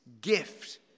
gift